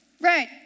Right